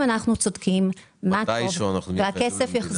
ואם אנחנו צודקים מה טוב והכסף יחזור,